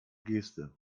geste